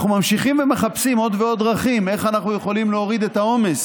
אנחנו ממשיכים ומחפשים עוד ועוד דרכים איך אנחנו יכולים להוריד את העומס